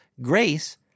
Grace